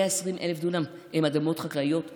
120,000 דונם הם אדמות חקלאיות מעובדות,